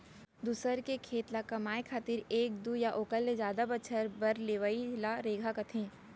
दूसर के खेत ल कमाए खातिर एक दू या ओकर ले जादा बछर बर लेवइ ल रेगहा कथें